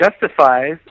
justifies